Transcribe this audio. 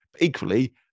equally